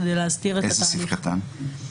זה בסעיף קטן (ב).